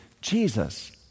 Jesus